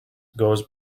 goes